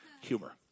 Humor